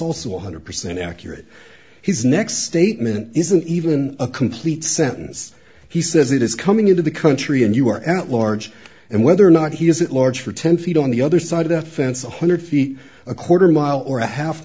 also one hundred percent accurate his next statement isn't even a complete sentence he says it is coming into the country and you are at large and whether or not he is at large for ten feet on the other side of that fence one hundred feet a quarter mile or a half